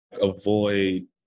avoid